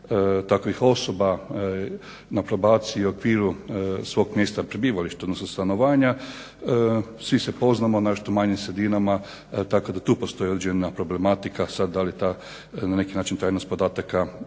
takvih osoba na probaciji u okviru svog mjesta prebivališta, odnosno stanovanja, svi se poznamo u nešto manjim sredinama, tako da tu postoje određena problematika. Sad, dali ta na neki način tajnost podataka,